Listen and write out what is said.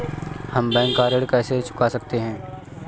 हम बैंक का ऋण कैसे चुका सकते हैं?